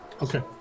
Okay